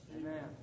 Amen